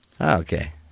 okay